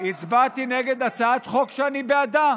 הצבעתי נגד הצעת חוק שאני בעדה,